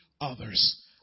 others